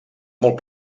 molt